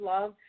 love